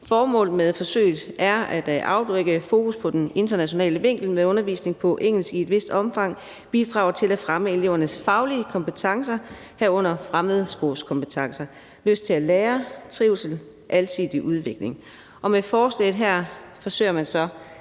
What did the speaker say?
Formålet med forsøget har været at afdække, om fokus på den internationale vinkel med undervisning på engelsk i et vist omfang bidrager til at fremme elevernes faglige kompetencer, herunder fremmedsprogskompetencer, lyst til at lære, trivsel og alsidige udvikling. Og med forslaget her vil man